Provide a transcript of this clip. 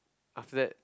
after that